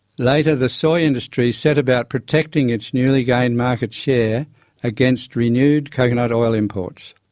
later the soy industry set about protecting its newly gained market-share against renewed coconut oil imports.